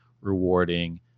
rewarding